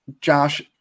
Josh